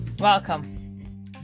Welcome